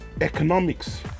economics